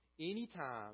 Anytime